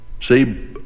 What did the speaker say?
See